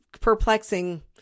perplexing